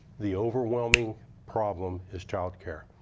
the overwhelming problem is child care.